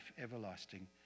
everlasting